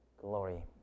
glory